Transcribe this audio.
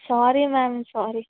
sorry ma'am sorry